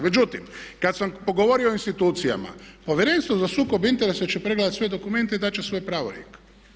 Međutim, kad samo govorio o institucijama Povjerenstvo za sukob interesa će pregledati sve dokumente i dat će svoj pravorijek.